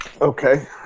okay